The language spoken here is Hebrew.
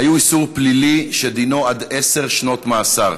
היו איסור פלילי שדינו עד עשר שנות מאסר.